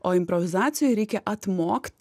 o improvizacijoj reikia atmokt